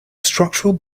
structural